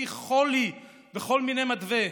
חולי ומכל עמך בית ישראל כל מיני חולי וכל מיני מדוה".